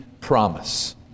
promise